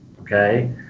okay